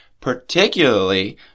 particularly